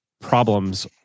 problems